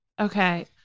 Okay